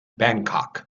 bangkok